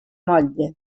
motlle